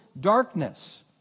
darkness